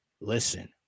listen